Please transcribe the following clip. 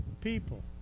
people